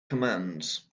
commands